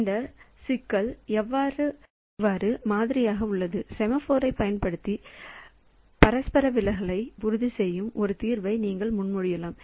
இந்த சிக்கல் எவ்வாறு மாதிரியாக உள்ளது செமாஃபோரைப் பயன்படுத்தி பரஸ்பர விலக்கலை உறுதி செய்யும் ஒரு தீர்வை நீங்கள் முன்மொழியலாம்